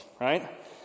right